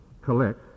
collect